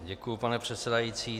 Děkuji, pane předsedající.